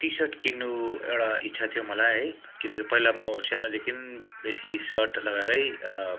T-shirt किन्नु एउटा इच्छा थियो मलाई है किनकि पहिला म सानैदेखि बेसी सर्ट लगाएरै